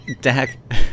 Dak